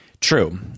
True